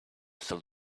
solve